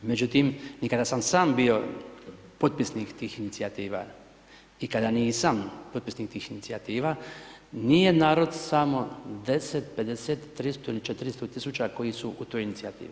Međutim, i kada sam, sam bio potpisnik tih inicijativa, i kada nisam potpisnik tih inicijativa, nije narod samo 10, 50, 300 ili 400 tisuća koji su u toj inicijativi.